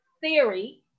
theory